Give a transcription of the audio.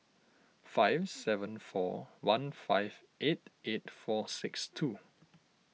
five seven four one five eight eight four six two